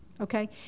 okay